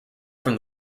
from